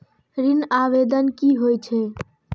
ऋण आवेदन की होय छै?